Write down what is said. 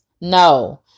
No